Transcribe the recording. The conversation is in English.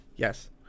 Yes